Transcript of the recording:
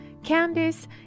Candice